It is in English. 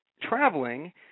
traveling